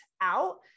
out